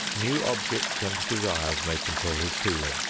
new objects and desires may control his feeling,